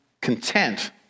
content